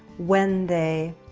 when they